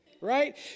Right